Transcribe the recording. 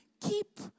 keep